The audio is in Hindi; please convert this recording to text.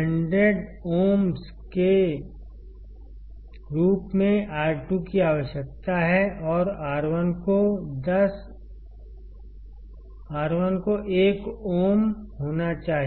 100ohms के रूप में R2 की आवश्यकता है और R1 को 1ohm होना चाहिए